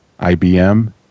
IBM